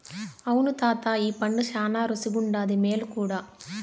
అవును తాతా ఈ పండు శానా రుసిగుండాది, మేలు కూడా